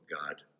God